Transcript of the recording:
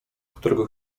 którego